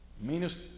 meanest